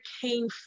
came